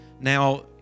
Now